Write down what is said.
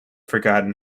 forgotten